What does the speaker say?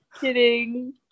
Kidding